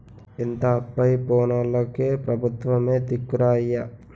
ఇంత అప్పయి పోనోల్లకి పెబుత్వమే దిక్కురా అయ్యా